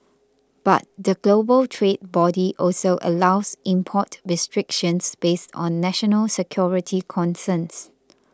but the global trade body also allows import restrictions based on national security concerns